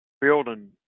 building